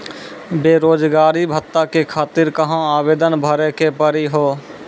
बेरोजगारी भत्ता के खातिर कहां आवेदन भरे के पड़ी हो?